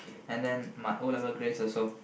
and then my O-level grades also